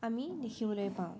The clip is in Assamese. আমি দেখিবলৈ পাওঁ